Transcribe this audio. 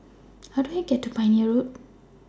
How Do I get to Pioneer Road